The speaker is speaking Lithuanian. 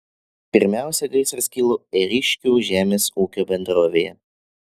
pirmiausia gaisras kilo ėriškių žemės ūkio bendrovėje